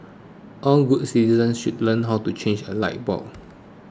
all good citizens should learn how to change a light bulb